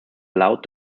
allowed